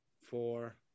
four